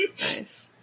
Nice